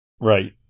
right